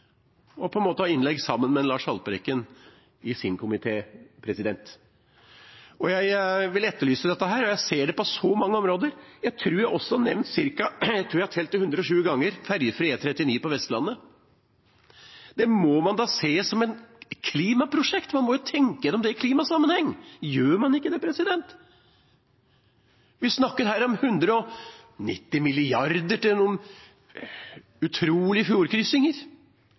og har innlegg sammen med Lars Haltbrekken og hans komité. Jeg vil etterlyse dette, og jeg ser det på så mange områder. Jeg tror jeg har talt det 107 ganger: fergefri E39 på Vestlandet. Det må man se som et klimaprosjekt, man må tenke gjennom det i klimasammenheng. Gjør man ikke det? Vi snakker om 190 mrd. kr til noen utrolige fjordkryssinger.